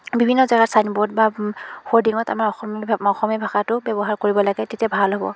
বিভিন্ন জেগাত sign board বা হ'ৰ্ডিঙত আমাৰ অসমভা অসমীয়া ভাষাটো ব্যৱহাৰ কৰিব লাগে তেতিয়া ভাল হ'ব